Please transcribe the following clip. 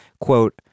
Quote